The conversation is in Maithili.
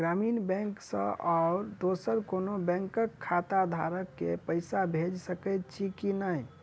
ग्रामीण बैंक सँ आओर दोसर कोनो बैंकक खाताधारक केँ पैसा भेजि सकैत छी की नै?